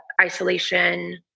isolation